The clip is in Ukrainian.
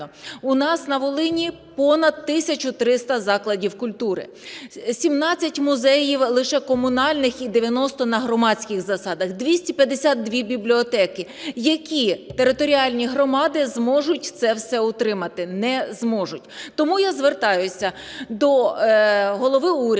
У нас на Волині понад 1 тисячу 300 закладів культури, 17 музеїв лише комунальних і 90 на громадських засадах, 252 бібліотеки. Які територіальні громади зможуть це все утримати? Не зможуть. Тому я звертаюся до голови уряду,